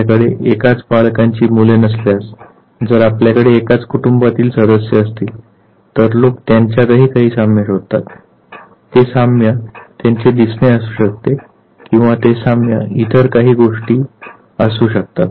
आपल्याकडे एकाच पालकांची मुले नसल्यास जर आपल्याकडे एकाच कुटुंबातील सदस्य असतील तर लोक त्यांच्यातही काही साम्य शोधतात ते साम्य त्यांचे दिसणे असू शकते आणि ते साम्य इतर काही विशिष्ट गोष्टीतही असू शकते